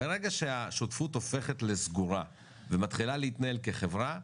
ברגע שהשותפות הופכת לסגורה ומתחילה להתנהל כחברה,